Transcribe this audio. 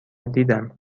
دیدم